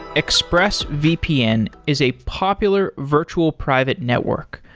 expressvpn is a popular virtual private network.